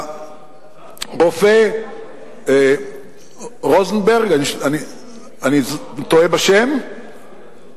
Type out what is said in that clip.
הרופא רוזנברג, אני טועה בשם?